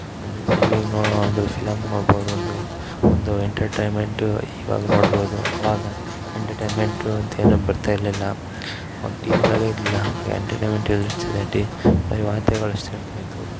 ಒಂದು ಟಿವಿ ನೋ ಒಂದು ಫಿಲಮ್ ನೋಡ್ಬೋದು ಒಂದು ಒಂದು ಎಂಟರ್ಟ್ರೈಮೆಂಟ್ ಇವಾಗ ನೋಡ್ಬೋದು ಅವಾಗ ಎಂಟರ್ಟೈಮೆಂಟು ಅಂತ ಏನು ಬರ್ತಾಯಿರ್ಲಿಲ್ಲ ಅವಾಗ ಟಿವಿಗಳೆಲ್ಲ ಇರಲಿಲ್ಲ ಎಂಟರ್ಟೈಮೆಂಟ್ ಎಲ್ಲಿರ್ತಿದೆ ಟಿ ಬರೀ ವಾರ್ತೆಗಳು ಅಷ್ಟು ಇರ್ತಾಯಿದ್ವು